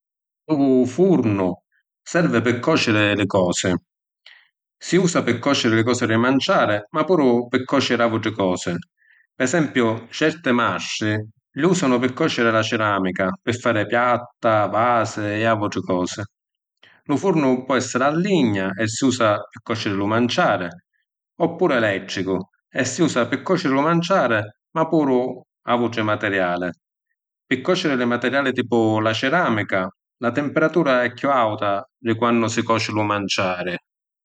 Lu furnu servi pi còciri li cosi. Si usa pi còciri li cosi di manciàri ma puru pi còciri autri cosi. Pi esempiu, certi mastri li usanu pi còciri la cìramica pi fari piatta, vasi e autri cosi. Lu fornu po’ esseri a ligna, e si usa pi còciri lu manciàri, oppuru elettricu e si usa pi còciri lu manciàri ma puru autri materiali. Pi còciri li materiali tipu la cìramica, la timpiratura è chiù auta di quannu si còci lu manciàri.